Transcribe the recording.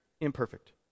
imperfect